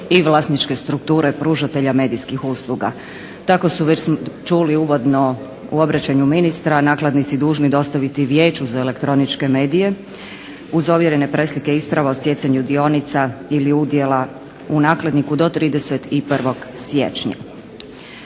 i vlasničke strukture pružatelja medijskih usluga. Tako su, već smo čuli uvodno u obraćanju ministra, nakladnici dužni dostaviti Vijeću za elektroničke medije uz ovjerene preslike isprave o stjecanju dionica ili udjela u nakladniku do 31. siječnja.